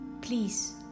please